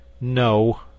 No